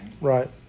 Right